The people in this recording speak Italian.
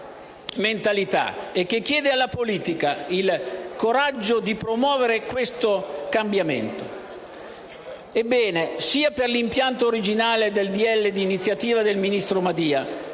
mentalità e che chiede alla politica il coraggio di promuovere questo cambiamento. Ebbene, sia per l'impianto originale del decreto-legge di iniziativa del ministro Madia,